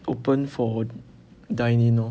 open for dining now